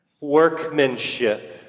Workmanship